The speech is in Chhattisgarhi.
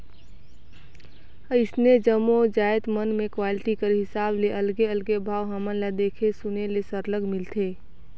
अइसने जम्मो जाएत मन में क्वालिटी कर हिसाब ले अलगे अलगे भाव हमन ल देखे सुने ले सरलग मिलथे